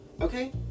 okay